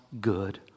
good